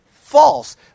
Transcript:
false